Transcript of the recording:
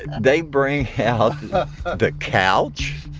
they bring out the couch.